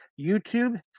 YouTube